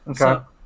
Okay